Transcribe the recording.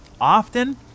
often